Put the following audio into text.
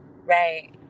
Right